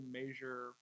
measure